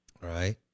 right